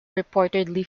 reportedly